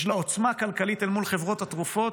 יש לה עוצמה כלכלית אל מול חברות התרופות,